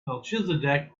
melchizedek